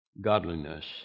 godliness